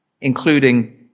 including